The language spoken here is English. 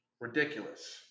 Ridiculous